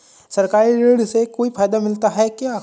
सरकारी ऋण से कोई फायदा मिलता है क्या?